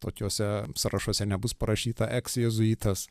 tokiuose sąrašuose nebus parašyta eks jėzuitas